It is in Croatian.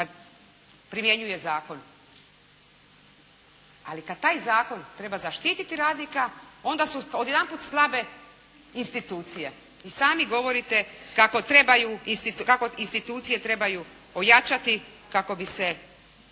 kada primjenjuje zakon. Ali kada taj zakon treba zaštititi radnika onda su odjedanput slabe institucije. I sami govorite kako institucije trebaju pojačati kako bi se